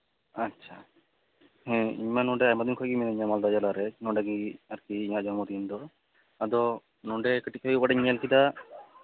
ᱟᱪᱪᱷᱟ ᱦᱮᱸ ᱤᱧ ᱢᱟ ᱱᱚᱸᱰᱮ ᱟᱭᱢᱟ ᱫᱤᱱ ᱠᱷᱚᱱ ᱜᱮ ᱢᱤᱱᱟᱹᱧᱟ ᱢᱟᱞᱫᱟ ᱡᱮᱞᱟᱨᱮ ᱱᱚᱸᱰᱮᱜᱮ ᱟᱨᱠᱤ ᱤᱧᱟᱹᱜ ᱡᱚᱱᱢᱚ ᱛᱤᱧ ᱫᱚ ᱟᱫᱚ ᱱᱚᱸᱰᱮ ᱠᱟᱹᱴᱤᱡ ᱠᱷᱚᱱ ᱜᱮ ᱚᱠᱟᱴᱟᱜ ᱤᱧ ᱧᱮᱞ ᱠᱮᱫᱟ